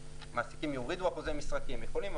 שמעסיקים יורידו אחוזי משרה כי הם יכולים,